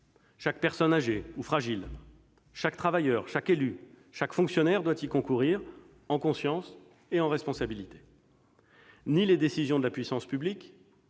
chaque personne âgée ou fragile, chaque travailleur, chaque élu, chaque fonctionnaire doit y concourir en conscience et en responsabilité. Ni les décisions de la puissance publique